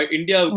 India